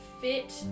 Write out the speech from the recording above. fit